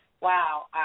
Wow